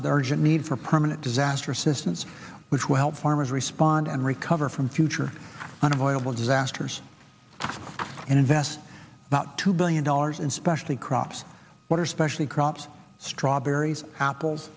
urgent need for permanent disaster assistance which will help farmers respond and recover from future unavoidable disasters and invest about two billion dollars in specially crops water specially crops strawberries apples